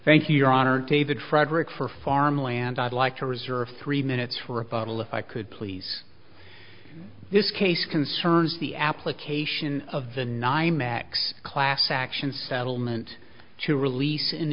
thank you your honor david frederick for farmland i'd like to reserve three minutes for a bottle if i could please this case concerns the application of the nymex class action settlement to release